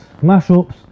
mashups